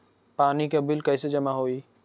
पानी के बिल कैसे जमा होयी?